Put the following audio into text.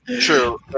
True